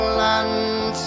land